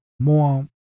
More